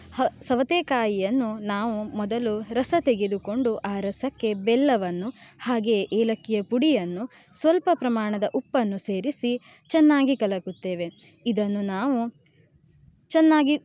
ಹ ಸವತೇಕಾಯಿಯನ್ನು ನಾವು ಮೊದಲು ರಸ ತೆಗೆದುಕೊಂಡು ಆ ರಸಕ್ಕೆ ಬೆಲ್ಲವನ್ನು ಹಾಗೆ ಏಲಕ್ಕಿಯ ಪುಡಿಯನ್ನು ಸ್ವಲ್ಪ ಪ್ರಮಾಣದ ಉಪ್ಪನ್ನು ಸೇರಿಸಿ ಚೆನ್ನಾಗಿ ಕಲಕುತ್ತೇವೆ ಇದನ್ನು ನಾವು ಚೆನ್ನಾಗಿ